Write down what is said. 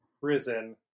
prison